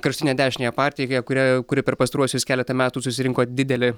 kraštinę dešiniąją partiją kie kurią kuri per pastaruosius keletą metų susirinko didelį